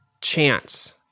Chance